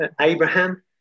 Abraham